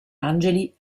angeli